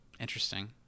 interesting